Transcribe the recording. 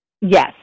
Yes